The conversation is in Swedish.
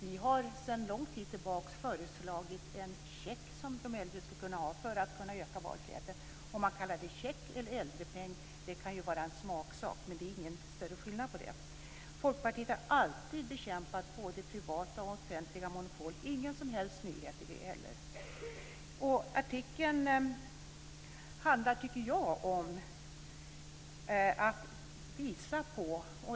Vi har sedan lång tid tillbaka föreslagit en check som de äldre skulle kunna ha för att kunna öka valfriheten. Om man kallar det check eller ädrepeng kan vara en smaksak, men det är ingen större skillnad. Folkpartiet har alltid bekämpat både privata och offentliga monopol. Det är ingen som helst nyhet i det heller.